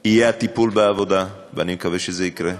יהיה הטיפול בעבודה, ואני מקווה שזה יקרה,